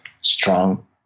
strong